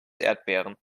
erdbeeren